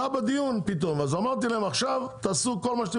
זה עלה בדיון אז אמרתי להם לעשות הכל כדי